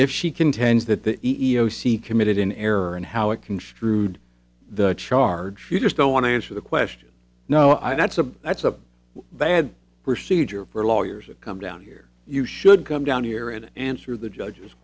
if she contends that the e e o c committed in error and how it construed the charge you just don't want to answer the question no i know it's a that's a bad procedure for lawyers that come down here you should come down here and answer the judge